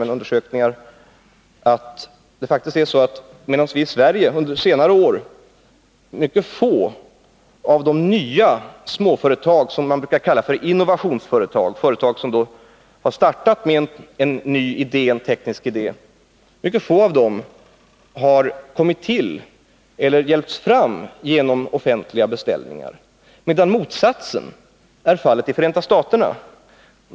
Det finns bl.a. undersökningar som visar, att i Sverige har mycket få av de nya småföretagen som vi brukar kalla innovationsföretag — företag som har startat med en ny teknisk idé — hjälpts fram genom offentliga beställningar, medan motsatsen är fallet i Förenta staterna.